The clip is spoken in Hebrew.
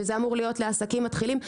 שאמורה להיות לעסקים מתחילים.